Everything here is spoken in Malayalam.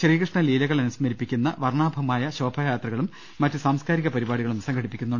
ശ്രീകൃഷ്ണ ലീലകൾ അനുസ്മരിപ്പിക്കുന്ന വർണ്ണാഭമായ ശോഭായാത്രകളും മറ്റ് സാംസ്കാരിക പരിപാടികളും നടക്കും